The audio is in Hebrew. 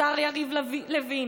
השר יריב לוין,